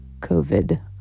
COVID